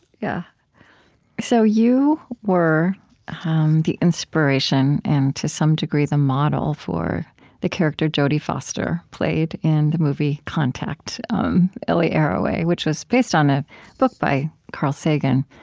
yeah so you were um the inspiration and, to some degree, the model for the character jodie foster played in the movie contact ellie arroway which was based on a book by carl sagan.